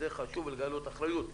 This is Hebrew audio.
חשוב לגלות אחריות,